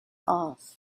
off